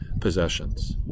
possessions